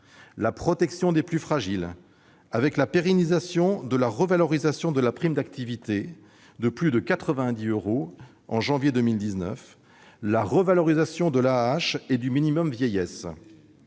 la protection des plus fragiles, avec la pérennisation de la revalorisation de la prime d'activité à hauteur de plus de 90 euros en janvier 2019 et la revalorisation de l'AAH et du minimum vieillesse,